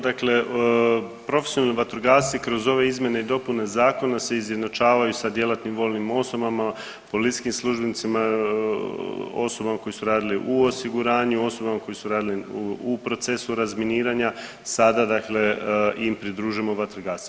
Dakle, profesionalni vatrogasci kroz ove izmjene i dopune zakona se izjednačavaju sa djelatnim vojnim osobama, policijskim službenicima, osobama koji su radili u osiguranju, osobama koji su radili u procesu razminiranja sada dakle im pridružujemo vatrogasce.